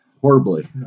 Horribly